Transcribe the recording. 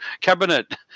cabinet